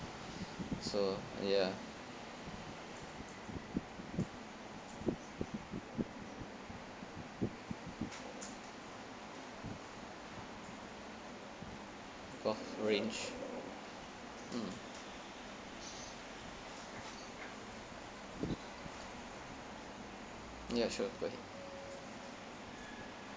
so ya golf range mm ya sure go ahead